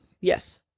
Yes